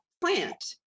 plant